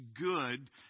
good